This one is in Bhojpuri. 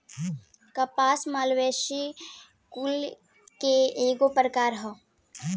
कपास मालवेसी कुल के एगो प्रकार ह